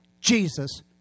Jesus